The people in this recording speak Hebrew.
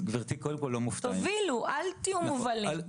תובילו, אל תהיו מובלים.